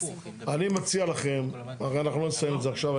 אני מציע לכם, הרי אנחנו לא נסיים את זה עכשיו.